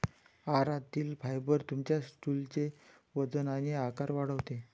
आहारातील फायबर तुमच्या स्टूलचे वजन आणि आकार वाढवते